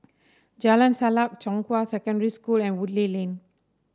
Jalan Sajak Zhonghua Secondary School and Woodleigh Lane